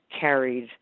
carried